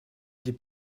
des